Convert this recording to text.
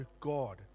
God